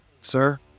sir